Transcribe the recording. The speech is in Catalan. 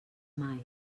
mai